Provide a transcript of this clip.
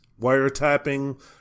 wiretapping